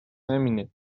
همینه